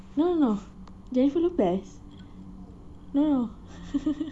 no no no jennifer lopez no no no